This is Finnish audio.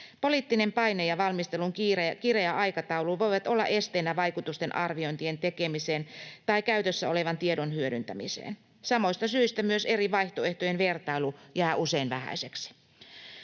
Poliittinen paine ja valmistelun kireä aikataulu voivat olla esteinä vaikutusarviointien tekemiseen tai käytössä olevan tiedon hyödyntämiseen. Samoista syistä myös eri vaihtoehtojen vertailu jää usein vähäiseksi.